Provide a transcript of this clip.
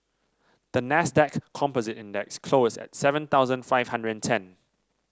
the Nasdaq Composite Index closed at seven thousand five hundred and ten